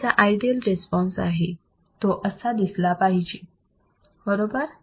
हा माझा ideal response आहे तो असा दिसला पाहिजे बरोबर